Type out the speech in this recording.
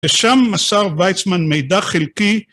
ושם מסר ויצמן מידע חלקי